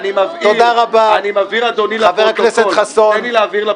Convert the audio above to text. אני מבהיר לפרוטוקול -- חבר הכנסת חסון, תודה.